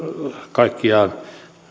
kaikkiaan